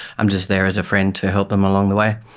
i'm just there as a friend to help them along the way,